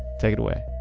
take it away